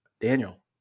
Daniel